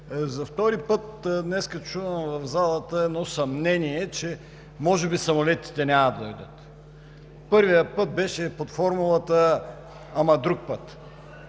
За втори път днес чувам в залата едно съмнение, че може би самолетите няма да дойдат. Първия път беше под формулата: „Ама друг път!“